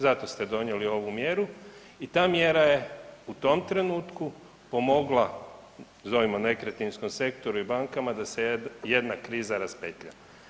Zato ste donijeli ovu mjeru i ta mjera je u tom trenutku pomogla, zovimo nekretninskom sektoru i bankama da se jedna kriza raspetlja.